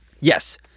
Yes